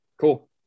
Cool